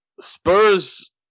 Spurs